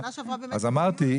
אז אמרתי,